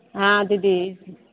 हॅं दीदी